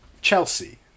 Chelsea